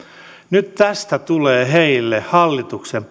nyt tästä tulee heille hallituksen